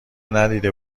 ندیده